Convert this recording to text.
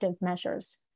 measures